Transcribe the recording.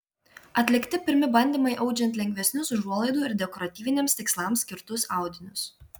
atlikti pirmi bandymai audžiant lengvesnius užuolaidų ir dekoratyviniams tikslams skirtus audinius